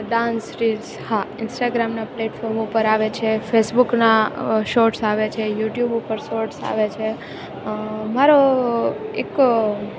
dance reels હા ઇન્સ્ટાગ્રામના platform ઉપર આવે છે ફેસબુકના શોર્ટસ આવે છે યુ ટ્યુબ ઉપર શોર્ટસ આવે છે મારો એક